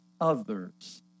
others